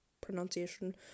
pronunciation